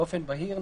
באופן בהיר,